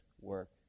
work